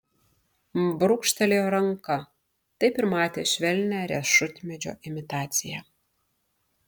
brūkštelėjo ranka taip ir matė švelnią riešutmedžio imitaciją